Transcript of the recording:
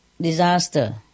disaster